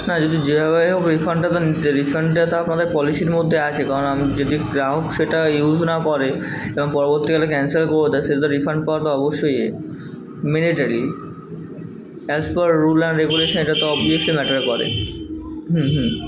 না যদি যেভাবেই হোক রিফান্ডটা তো নিতে রিফান্ড তো আপনাদের পলিসির মধ্যে আছে কারণ আমি যদি গ্রাহক সেটা ইউজ না করে এবং পরবর্তীকালে ক্যানসেল করে দেয় সেটা তো রিফান্ড পাওয়াটা অবশ্যই এ mandatory as per rule and regulation এটা তো অবভিয়াসলি ম্যাটার করে হুম হুম